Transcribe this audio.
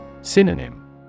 synonym